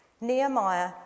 Nehemiah